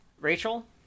Rachel